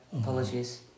apologies